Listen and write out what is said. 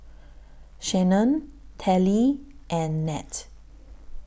Shanae Telly and Nat